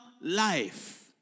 life